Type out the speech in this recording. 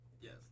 Yes